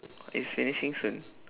it's finishing soon